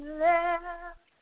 left